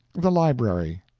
the library.